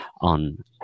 on